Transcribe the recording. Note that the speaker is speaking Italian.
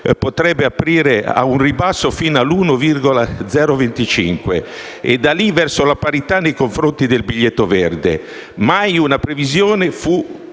potrebbe aprire ad un ribasso fino all'1,025 e da lì verso la parità nei confronti del biglietto verde». Mai una previsione fu